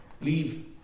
leave